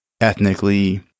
ethnically